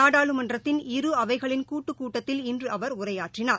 நாடாளுமன்றத்தின் இரு அவைகளின் கூட்டுக் கூட்டத்தில் இன்று அவர் உரையாற்றினார்